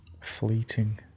fleeting